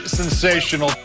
sensational